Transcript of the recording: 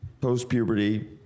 post-puberty